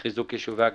לחיזוק יישובי הגדר,